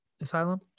Asylum